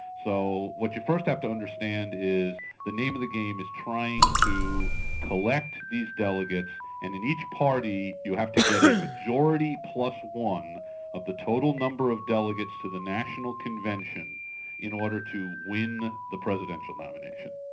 so what you first have to understand is the name of the game is trying to collect these delegates and in each party you have to get a majority plus one of the total number of delegates to the national convention in order to win the presidential nomination.